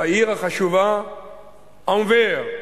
העיר החשובה אנוור.